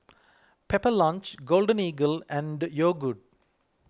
Pepper Lunch Golden Eagle and Yogood